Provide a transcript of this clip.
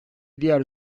diğer